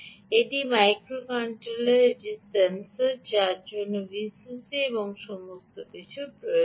এটি মাইক্রোকন্ট্রোলার এটি সেন্সর যার জন্য VCC এবং সমস্ত কিছুর প্রয়োজন